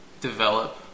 develop